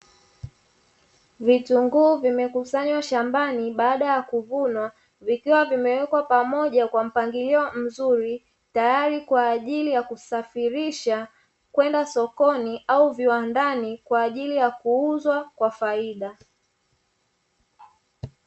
Vitunguu vimekusanywa shambani baada ya kuvunwa vikiwa vimewekwa pamoja kwa mpangilio mzuri, tayari kwa ajili ya kusafirisha kwenda sokoni au viwandani kwa ajili ya kuuzwa kwa faida.